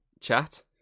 chat